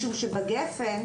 בגפ"ן,